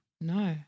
No